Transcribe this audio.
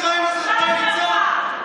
אומרים שנתניהו גדול אחרי כל מה שהוא עשה.